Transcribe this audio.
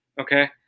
okay